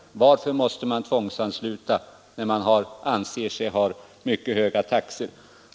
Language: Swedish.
Varför måste man tvångsansluta när man anser sig ha mycket höga taxor?